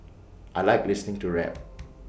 I Like listening to rap